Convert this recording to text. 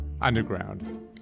underground